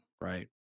right